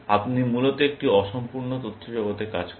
আপনি মূলত একটি অসম্পূর্ণ তথ্য জগতে কাজ করেন